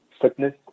fitness